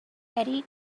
eddy